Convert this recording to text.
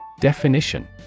Definition